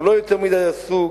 שהוא לא יותר מדי עסוק,